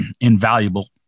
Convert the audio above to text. invaluable